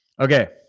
Okay